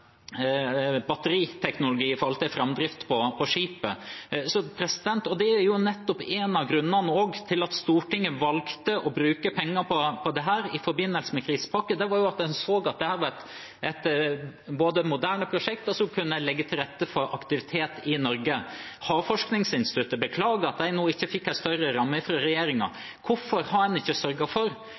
batteriteknologi for framdrift på skipet. Det er jo nettopp en av grunnene til at Stortinget valgte å bruke penger på dette i forbindelse med krisepakken – en så at dette var et moderne prosjekt som kunne legge til rette for aktivitet i Norge. Havforskningsinstituttet beklager at de ikke fikk en større ramme fra regjeringen. Hvorfor har en ikke sørget for